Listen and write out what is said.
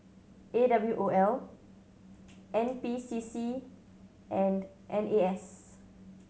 A W O L N P C C and N A S